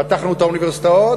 פתחנו את האוניברסיטאות,